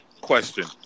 Question